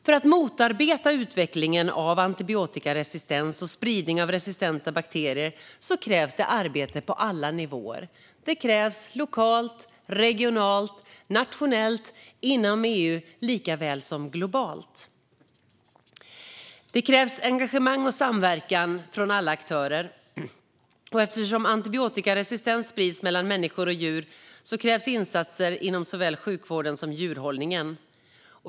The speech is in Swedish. För att motarbeta utvecklingen av antibiotikaresistens och spridning av resistenta bakterier krävs det arbete på alla nivåer - lokalt, regionalt, nationellt, inom EU och globalt. Det krävs engagemang och samverkan från alla aktörer. Och eftersom antibiotikaresistens sprids bland människor och djur krävs insatser inom såväl sjukvården som djurhållningen.